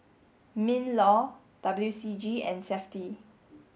MINLAW W C G and SAFTI